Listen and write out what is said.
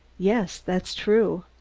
yes, that's true,